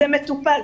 זה מטופל,